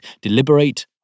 deliberate